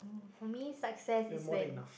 for me success is when